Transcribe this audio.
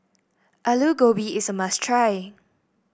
Aloo Gobi is a must try